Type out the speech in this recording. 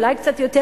אולי קצת יותר,